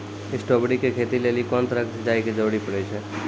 Strawberry के खेती लेली कोंन तरह के सिंचाई के जरूरी पड़े छै?